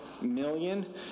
million